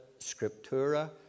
scriptura